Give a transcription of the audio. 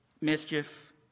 mischief